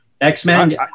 X-Men